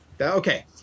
Okay